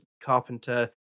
carpenter